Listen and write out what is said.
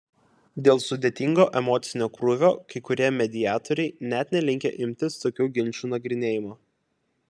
dėl sudėtingo emocinio krūvio kai kurie mediatoriai net nelinkę imtis tokių ginčų nagrinėjimo